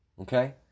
Okay